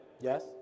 Yes